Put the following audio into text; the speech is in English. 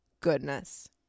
goodness